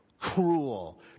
cruel